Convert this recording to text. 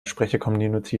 sprechercommunity